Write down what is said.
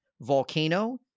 Volcano